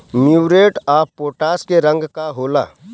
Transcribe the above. Muriate of potash के रंग का होला?